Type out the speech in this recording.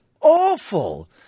awful